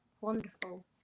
wonderful